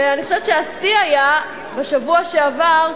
ואני חושבת שהשיא היה בשבוע שעבר,